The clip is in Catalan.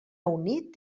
unit